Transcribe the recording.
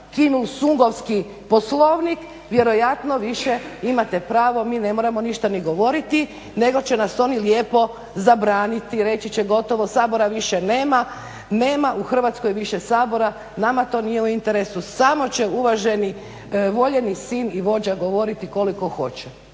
II Sungovski Poslovnik vjerojatno više imate pravo mi ne moramo ništa ni govoriti, nego će nas oni lijepo zabraniti. Reći će gotovo, Sabora više nema, nema u Hrvatskoj više Sabora. Nama to nije u interesu. Samo će uvaženi voljeni sin i vođa govoriti koliko hoće.